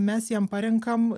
mes jam parenkam